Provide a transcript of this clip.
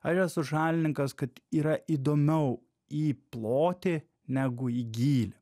ar esu šalininkas kad yra įdomiau į plotį negu į gylį